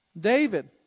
David